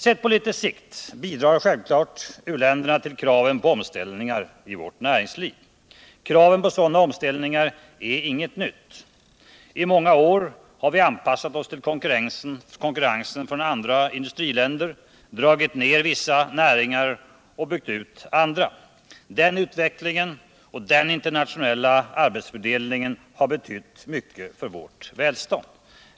Sett på litet sikt bidrar självklart u-länderna till kraven på omställningar i vårt näringsliv. Kraven på sådana omställningar är inget nytt. I många år har vi anpassat oss till konkurrensen från andra industriländer — dragit ner vissa näringar och byggt ut andra. Den utvecklingen och den internationella arbetsfördelningen har betytt mycket för vårt välstånd.